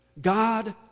God